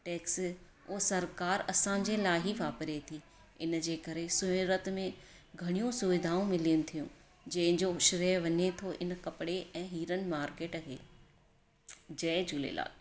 tax उहो सरकारु असांजे लाइ ई वापिरे थी इन जे करे सूरत में घणियूं सुविधाऊं मिलनि थियूं जंहिंजो श्रेय वञे थो हिन कपिड़े ऐं हीरन मार्किट खे जय झूलेलाल